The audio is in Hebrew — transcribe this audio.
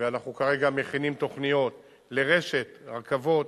ואנחנו כרגע מכינים תוכניות לרשת רכבות